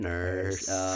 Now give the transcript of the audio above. Nurse